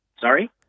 Sorry